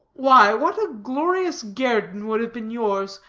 why what a glorious guerdon would have been yours,